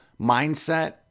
mindset